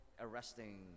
arresting